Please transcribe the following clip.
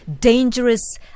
dangerous